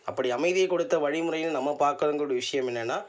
அப்படி அமைதியிய கொடுத்த வழிமுறையில் நம்ம பார்க்கங்கூடிய விஷயம் என்னன்னால்